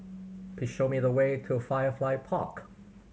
please show me the way to Firefly Park